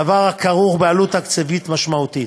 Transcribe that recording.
דבר הכרוך בעלות תקציבית משמעותית.